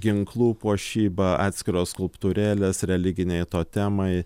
ginklų puošyba atskiros skulptūrėles religiniai totemai